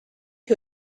who